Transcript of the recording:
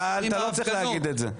אתה לא צריך להגיד את זה.